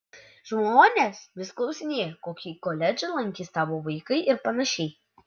žmonės vis klausinėja kokį koledžą lankys tavo vaikai ir panašiai